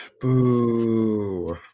Boo